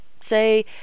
say